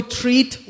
treat